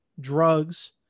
drugs